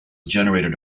generated